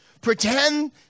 Pretend